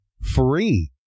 free